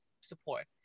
support